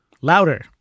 louder